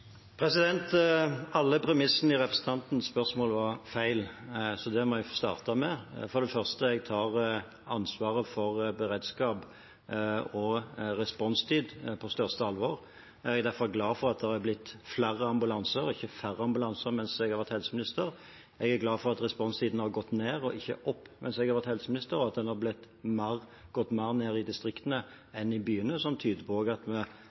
Alle premissene i representantens spørsmål var feil, så det må jeg få starte med. For det første: Jeg tar ansvaret for beredskap og responstid på største alvor. Jeg er derfor glad for at det er blitt flere og ikke færre ambulanser mens jeg har vært helseminister. Jeg er glad for at responstiden har gått ned og ikke opp mens jeg har vært helseminister, og at den har gått mer ned i distriktene enn i byene, noe som også tyder på at vi